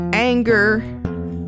Anger